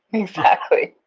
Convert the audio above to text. exactly.